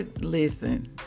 listen